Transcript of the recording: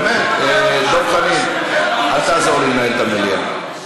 נו, באמת, דב חנין, אל תעזור לי לנהל את המליאה.